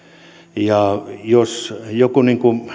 kymmenen hyvää pontta jos joku